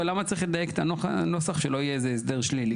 למה צריך לדייק את הנוסח כדי שלא יהיה איזה הסדר שלילי.